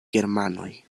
germanoj